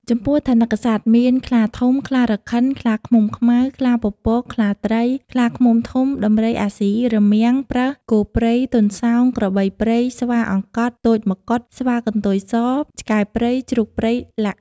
ចំពោះថនិកសត្វមាន ខ្លាធំ ខ្លារខិន ខ្លាឃ្មុំខ្មៅ ខ្លាពពក ខ្លាត្រី ខ្លាឃ្មុំធំ ដំរីអាស៊ី រមាំង ប្រើស គោព្រៃ ទន្សោង ក្របីព្រៃ ស្វាអង្កត់ ទោចម្កុដ ស្វាកន្ទុយស ឆ្កែព្រៃ ជ្រូកព្រៃ ។ល។